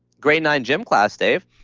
grade nine gym class, dave